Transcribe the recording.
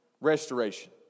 restoration